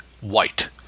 white